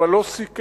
אבל לא סיכם.